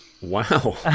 Wow